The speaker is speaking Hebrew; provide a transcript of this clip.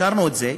שרנו את זה,